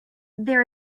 there